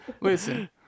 Listen